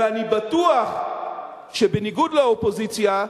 ואני בטוח שבניגוד לאופוזיציה,